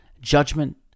judgment